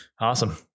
Awesome